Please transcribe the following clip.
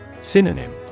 Synonym